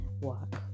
work